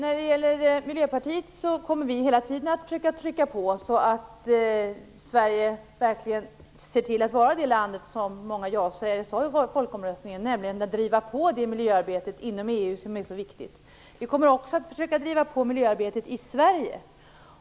Vi i Miljöpartiet kommer hela tiden att försöka trycka på, så att Sverige verkligen ser till att göra det som så många ja-sägare talade om inför folkomröstningen, nämligen att driva på det så viktiga miljöarbetet inom EU. Vi kommer också att försöka driva på miljöarbetet i Sverige.